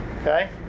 okay